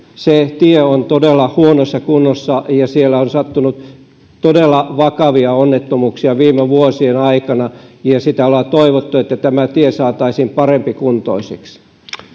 se tie on todella huonossa kunnossa ja siellä on sattunut todella vakavia onnettomuuksia viime vuosien aikana ja sitä ollaan toivottu että tämä tie saataisiin parempikuntoiseksi